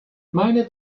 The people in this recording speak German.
meine